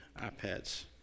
iPads